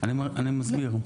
אני מסביר.